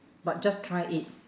but just try it